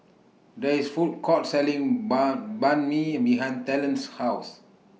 There IS Food Court Selling Banh Banh MI behind Talen's House